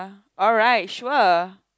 alright sure